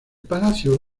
palacio